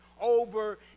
over